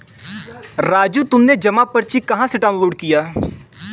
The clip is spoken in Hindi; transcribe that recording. राजू तुमने जमा पर्ची कहां से डाउनलोड किया?